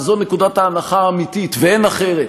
וזו נקודת ההנחה האמיתית ואין אחרת,